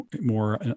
more